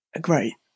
Great